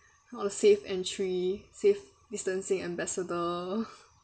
or the safe entry safe distancing ambassador